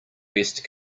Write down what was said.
best